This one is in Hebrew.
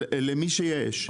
למי שיש.